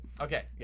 Okay